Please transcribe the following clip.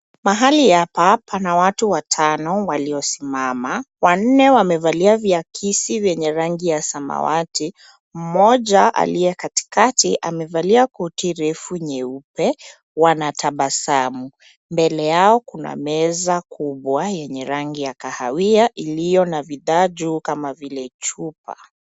Mahali hapa pana watu watano waliosimama. Wanne wamevalia viakisi vyenye rangi ya samawati, mmoja aliye katikati amevalia koti refu nyeupe. Wanatabasamu. Mbele yao kuna meza kubwa yenye rangi ya kahawia iliyo na bidhaa juu kama vile chupa.